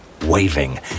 waving